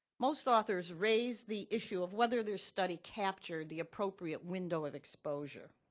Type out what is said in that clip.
most authors raise the issue of whether their study captured the appropriate window of exposure.